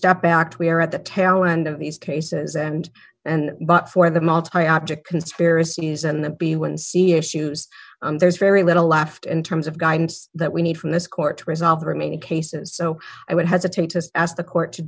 step back where at the tail end of these cases and and but for them all tie object conspiracies and the b one c issues there's very little left in terms of guidance that we need from this court to resolve the remaining cases so i would hesitate to ask the court to